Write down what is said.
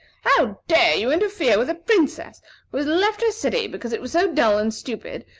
how dare you interfere with a princess who has left her city because it was so dull and stupid,